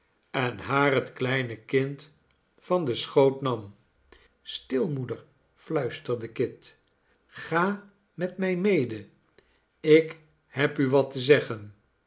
en haar het kleine kind van den schoot nam stil moeder fluisterde kit ga met mij mede ik heb u wat te zeggen